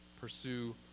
pursue